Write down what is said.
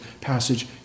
passage